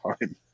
time